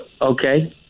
Okay